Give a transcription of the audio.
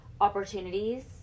opportunities